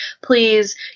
please